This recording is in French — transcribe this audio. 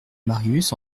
marius